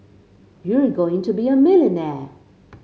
you're going to be a millionaire